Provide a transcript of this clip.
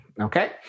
Okay